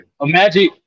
Imagine